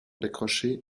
décroché